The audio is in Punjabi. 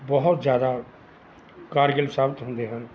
ਬਹੁਤ ਜ਼ਿਆਦਾ ਕਾਰਗਿਲ ਸਾਬਤ ਹੁੰਦੇ ਹਨ